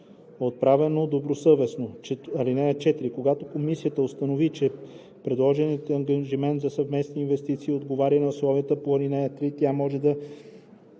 отправено добросъвестно. (4) Когато комисията установи, че предложеният ангажимент за съвместни инвестиции отговаря на условията по ал. 3, тя може да